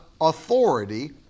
authority